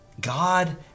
God